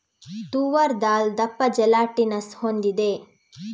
ತೂವರ್ ದಾಲ್ ದಪ್ಪ ಜೆಲಾಟಿನಸ್ ಹೊಂದಿದೆ